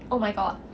oh my god